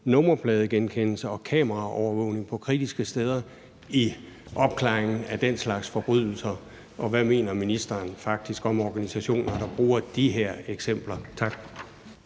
nummerpladegenkendelse og kameraovervågning på kritiske steder så i forhold til opklaringen af den slags forbrydelser, og hvad mener ministeren faktisk om organisationer, der bruger de her eksempler? Tak.